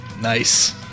nice